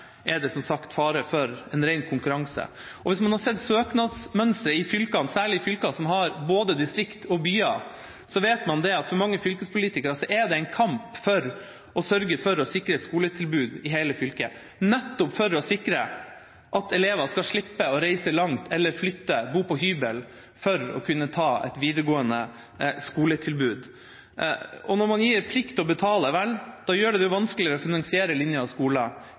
er det som sagt fare for en ren konkurranse. Hvis man har sett søknadsmønsteret i fylkene, særlig fylkene som har både distrikt og byer, vet man at for mange fylkespolitikere er det en kamp for å sørge for å sikre et skoletilbud i hele fylket – nettopp for å sikre at elever skal slippe å reise langt eller flytte og bo på hybel for å kunne ta imot et videregående skoletilbud. Og når man gir plikt til å betale, gjør man det vanskeligere å finansiere